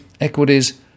equities